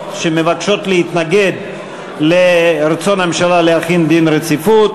שמבקשות להתנגד לרצון הממשלה להחיל דין רציפות.